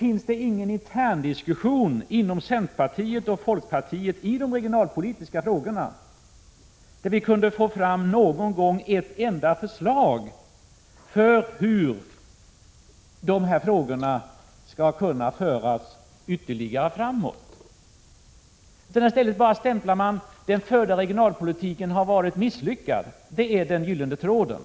Finns det ingen intern diskussion inom centerpartiet och folkpartiet i de regionalpolitiska frågorna, så att vi någon gång kunde få ett förslag om hur de här frågorna skall kunna föras ytterligare framåt? I stället stämplar man den förda regionalpolitiken som misslyckad. Det är— låt mig säga så — den gyllene tråden.